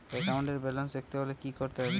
একাউন্টের ব্যালান্স দেখতে হলে কি করতে হবে?